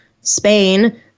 Spain